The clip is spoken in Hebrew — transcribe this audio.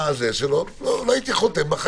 לא הייתי חותם עליו.